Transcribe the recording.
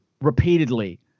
Repeatedly